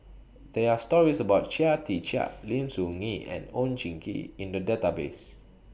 There Are stories about Chia Tee Chiak Lim Soo Ngee and Oon Jin Gee in The Database